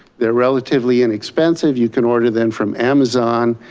they're relatively inexpensive. you can order them from amazon.